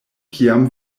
kiam